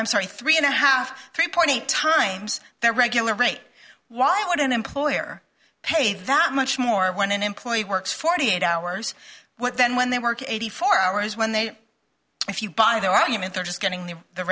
i'm sorry three and a half three point eight times their regular rate why would an employer pay that much more when an employee works forty eight hours what then when they work eighty four hours when they if you buy the argument they're just getting the the